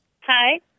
Hi